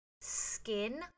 skin